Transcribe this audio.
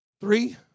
three